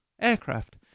aircraft